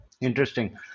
Interesting